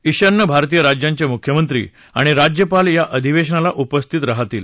ईशान्य भारतीय राज्यांचे मुख्यमंत्री आणि राज्यपाल या अधिवेशनाला उपस्थित राहतील